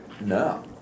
No